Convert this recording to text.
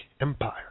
Empire